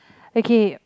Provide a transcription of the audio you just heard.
okay